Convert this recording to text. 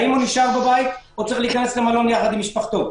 האם הוא נשאר בבית או צריך להיכנס למלון עם משפחתו?